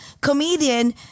comedian